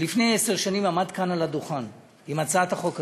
לפני עשר שנים הוא עמד כאן על הדוכן עם הצעת החוק הזאת,